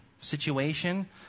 situation